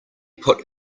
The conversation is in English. put